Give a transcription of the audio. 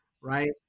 right